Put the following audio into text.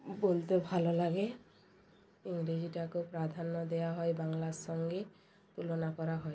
বলতে ভালো লাগে ইংরেজিটাকেও প্রাধান্য দেওয়া হয় বাংলার সঙ্গে তুলনা করা হয়